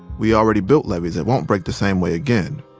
we already built levees that won't break the same way again.